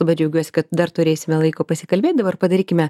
labai džiaugiuosi kad dar turėsime laiko pasikalbėt dabar padarykime